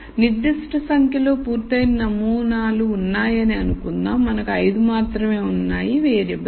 కాబట్టి నిర్దిష్ట సంఖ్యలో పూర్తయిన నమూనాలు ఉన్నాయని అనుకుందాం మనకు 5 మాత్రమే ఉన్నాయి వేరియబుల్స్